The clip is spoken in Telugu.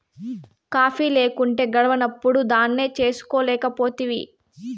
కాఫీ లేకుంటే గడవనప్పుడు దాన్నే చేసుకోలేకపోతివి